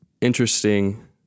interesting